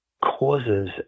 causes